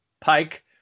Pike